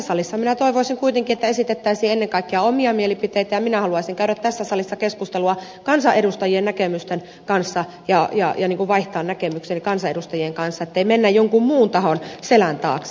kuitenkin minä toivoisin että tässä salissa esitettäisiin ennen kaikkea omia mielipiteitä ja minä haluaisin tässä salissa keskustella kansaedustajien näkemysten kanssa ja ohjaaja niinku vaihtaa näkemyksiä kansanedustajien kanssa ettei mennä jonkun muun tahon selän taakse